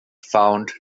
found